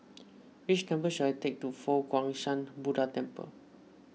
which should I take to Fo Guang Shan Buddha Temple